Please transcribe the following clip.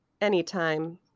Anytime